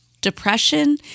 depression